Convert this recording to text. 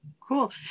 Cool